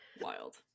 wild